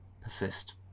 Persist